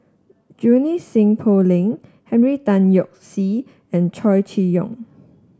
Junie Sng Poh Leng Henry Tan Yoke See and Chow Chee Yong